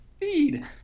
feed